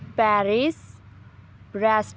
Paris guest